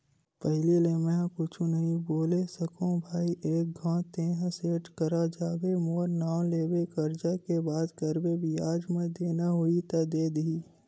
पहिली ले मेंहा कुछु नइ बोले सकव भई एक घांव तेंहा सेठ करा जाबे मोर नांव लेबे करजा के बात करबे बियाज म देना होही त दे दिही